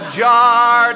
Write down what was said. jar